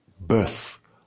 Birth